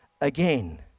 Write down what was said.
again